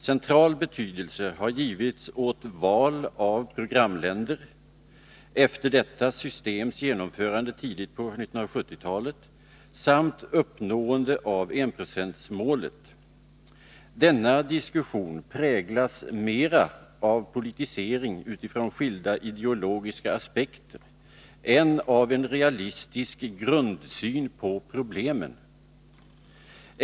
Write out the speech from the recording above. Central betydelse har givits åt val av programländer, efter detta systems genomförande tidigt på 1970-talet, samt uppnåendet av enprocentsmålet. Denna diskussion präglas mera av politisering utifrån skilda ideologiska aspekter än av en realistisk grundsyn på problemen.